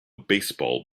baseball